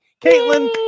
Caitlin